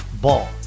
Ball